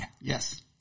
Yes